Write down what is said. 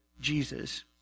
Jesus